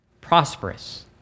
Prosperous